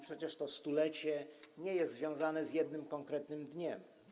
Przecież to 100-lecie nie jest związane z jednym, konkretnym dniem.